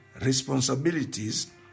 responsibilities